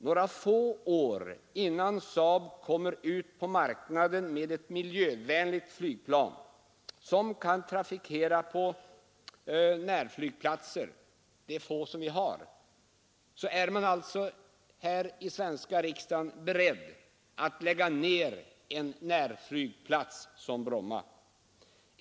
Några få år innan SAAB kommer ut på marknaden med ett miljövänligt flygplan, som kan trafikera de få närflygplatser vi har, är man alltså i den svenska riksdagen beredd att lägga ned en närflygplats som Bromma.